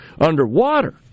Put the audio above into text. underwater